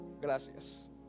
Gracias